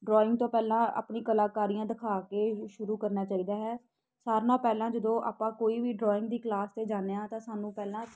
drawing ਤੋਂ ਪਹਿਲਾਂ ਆਪਣੀ ਕਲਾਕਾਰੀਆਂ ਦਿਖਾ ਕੇ ਸ਼ੁਰੂ ਕਰਨਾ ਚਾਹੀਦਾ ਹੈ ਸਾਰਿਆ ਨਾਲੋਂ ਪਹਿਲਾਂ ਜਦੋਂ ਆਪਾਂ ਕੋਈ ਵੀ ਡਰੋਇੰਗ ਦੀ ਕਲਾਸ 'ਤੇ ਜਾਂਦੇ ਹਾਂ ਤਾਂ ਸਾਨੂੰ ਪਹਿਲਾਂ